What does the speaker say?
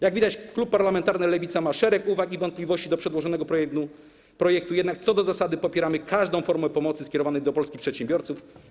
Jak widać, klub parlamentarny Lewica ma szereg uwag i wątpliwości dotyczących przedłożonego projektu, jednak co do zasady popieramy każdą formę pomocy skierowanej do polskich przedsiębiorców.